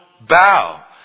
bow